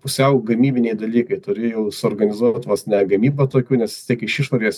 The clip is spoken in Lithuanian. pusiau gamybiniai dalykai turi jau suorganizuot vos ne gamybą tokių nes vis tiek iš išorės